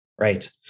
right